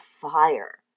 fire